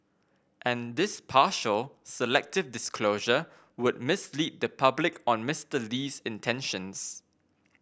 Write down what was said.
and this partial selective disclosure would mislead the public on Mister Lee's intentions